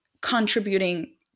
contributing